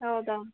ಹೌದಾ